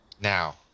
Now